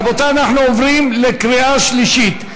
רבותי, אנחנו עוברים להצבעה בקריאה שלישית.